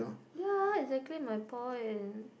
yea exactly my point